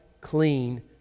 clean